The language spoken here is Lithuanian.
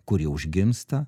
kuri užgimsta